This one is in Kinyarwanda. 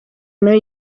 nawe